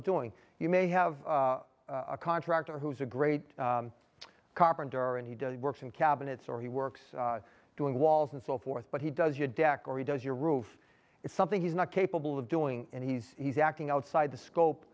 of doing you may have a contractor who is a great carpenter and he does works in cabinets or he works doing walls and so forth but he does you deck or he does your roof is something he's not capable of doing and he's he's acting outside the scope